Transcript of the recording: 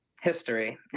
History